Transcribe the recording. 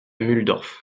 mulhdorf